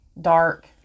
dark